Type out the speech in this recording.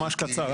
ממש קצר.